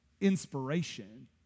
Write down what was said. inspiration